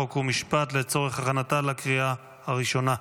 חוק ומשפט לצורך הכנתה לקריאה הראשונה.